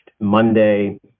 Monday